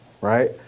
right